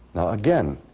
again,